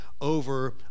over